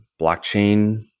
blockchain